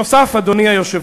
נוסף על כך, אדוני היושב-ראש,